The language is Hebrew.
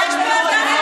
אצלם,